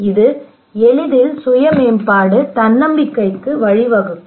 இது எளிதில் சுய மேம்பாடு தன்னம்பிக்கைக்கு வழிவகுக்கும்